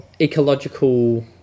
ecological